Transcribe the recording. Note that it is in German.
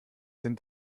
sind